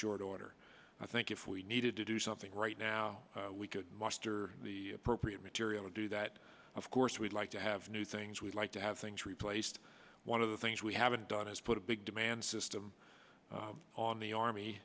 short order i think if we needed to do something right now we could muster the appropriate material to do that of course we'd like to have new things we'd like to have things replaced one of the things we haven't done is put a big demand system on the army